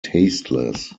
tasteless